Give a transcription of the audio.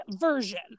version